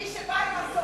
מי שבא עם מסורים,